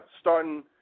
starting